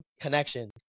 connection